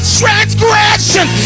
transgression